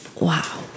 wow